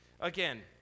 Again